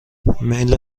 میل